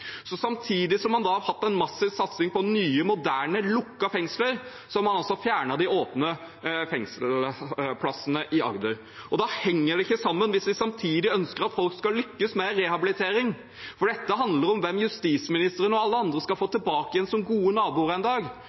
Så samtidig som man har hatt en massiv satsing på nye og moderne lukkede fengsler, har man fjernet de åpne fengselsplassene i Agder. Det henger ikke sammen hvis vi samtidig ønsker at folk skal lykkes med rehabiliteringen, for dette handler om hvem justisministeren og alle andre skal få tilbake igjen som gode naboer en dag.